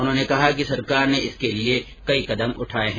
उन्होंने कहा कि सरकार ने इसके लिए कई कदम उठाए हैं